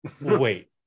wait